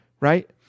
right